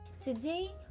Today